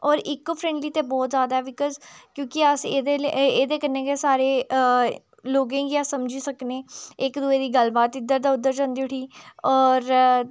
होर eco friendly ते बहोत जादा ऐ बिकॉज़ क्योंकि अस एह्दे एह्दे कन्नै गै सारे लोकें गी अस समझी सकने इक दूऐ दी गल्ल बात इद्धर दा उद्धर जंदी उठी होर